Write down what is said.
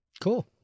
Cool